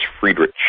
Friedrich